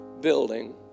building